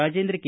Rajendra K